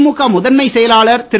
திமுக முதன்மைச் செயலாளர் திரு